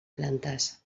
plantes